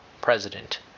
President